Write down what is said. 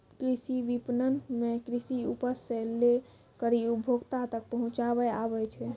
कृषि विपणन मे कृषि उपज से लै करी उपभोक्ता तक पहुचाबै आबै छै